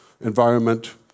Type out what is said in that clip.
environment